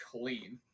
clean